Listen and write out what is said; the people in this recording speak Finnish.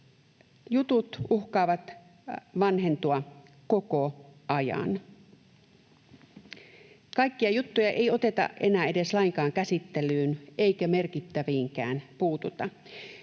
jutut uhkaavat vanhentua koko ajan. Kaikkia juttuja ei oteta enää lainkaan käsittelyyn eikä merkittäviinkään puututa.